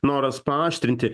noras paaštrinti